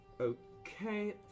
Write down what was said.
Okay